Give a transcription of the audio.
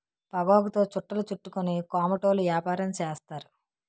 పొగాకుతో చుట్టలు చుట్టుకొని కోమటోళ్ళు యాపారం చేస్తారు